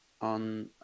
on